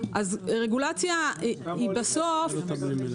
אז רגולציה היא בסוף --- כמה עולים שני כרכים של מלחמה ושלום?